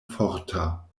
forta